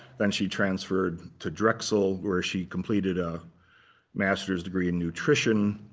then she transferred to drexel, where she completed a master's degree in nutrition.